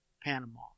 panama